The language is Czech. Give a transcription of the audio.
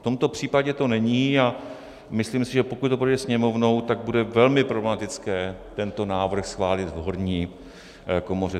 V tomto případě to není a myslím si, že pokud to projde Sněmovou, tak bude velmi problematické tento návrh schválit v horní komoře.